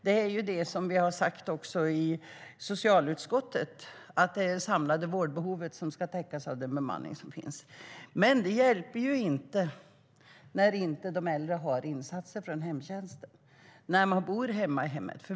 Det är det som vi har sagt också i socialutskottet; det är det samlade vårdbehovet som ska täckas av den bemanning som finns. Men det hjälper inte när de äldre inte har insatser från hemtjänsten när de bor hemma.